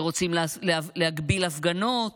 ורוצים להגביל הפגנות,